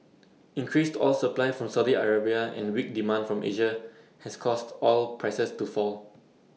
increased oil supply from Saudi Arabia and weak demand from Asia has caused oil prices to fall